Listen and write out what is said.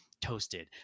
toasted